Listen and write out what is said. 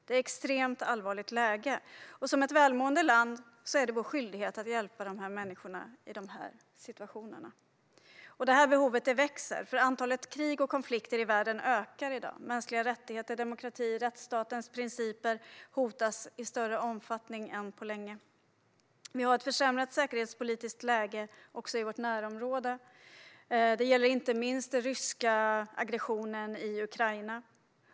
Det är ett extremt allvarligt läge, och som ett välmående land är det Sveriges skyldighet att hjälpa människorna i dessa situationer. Behoven växer, för antalet krig och konflikter i världen ökar i dag. Mänskliga rättigheter, demokrati och rättsstatens principer hotas i större omfattning än på länge. Vi har ett försämrat säkerhetspolitiskt läge också i vårt närområde. Det gäller inte minst den ryska aggressionen i Ukraina.